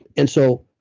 and so,